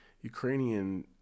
Ukrainian